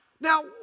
Now